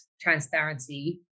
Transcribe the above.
transparency